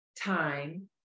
time